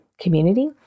community